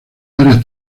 varias